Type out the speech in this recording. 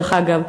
דרך אגב,